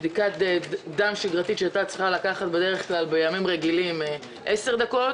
בדיקת דם שגרתית שלוקחת בדרך כלל בימים רגילים עשר דקות